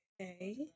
Okay